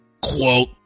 Quote